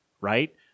right